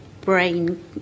brain